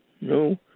No